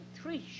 three